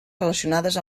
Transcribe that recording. relacionades